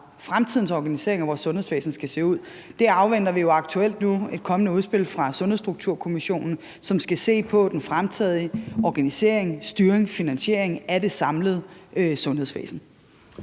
fremtidens organisering af vores sundhedsvæsen skal se ud, afventer vi jo aktuelt et kommende udspil fra Sundhedsstrukturkommissionen om, hvor man skal se på den fremtidige organisering, styring og finansiering af det samlede sundhedsvæsen.